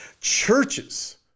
Churches